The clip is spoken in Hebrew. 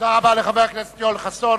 תודה רבה לחבר הכנסת יואל חסון.